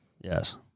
Yes